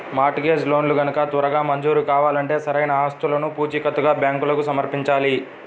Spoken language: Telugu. మార్ట్ గేజ్ లోన్లు గనక త్వరగా మంజూరు కావాలంటే సరైన ఆస్తులను పూచీకత్తుగా బ్యాంకులకు సమర్పించాలి